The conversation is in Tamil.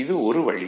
இது ஒரு வழி